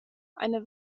eine